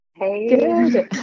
good